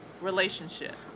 relationships